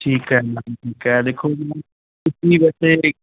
ਠੀਕ ਹੈ ਮੈਮ ਹੈ ਦੇਖੋ ਜੀ ਤੁਸੀਂ ਵੈਸੇ